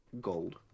Gold